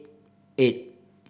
eight